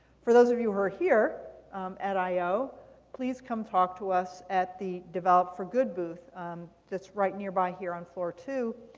for those of you who are here at i please come talk to us at the develop for good booth that's right nearby here on floor two.